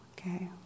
Okay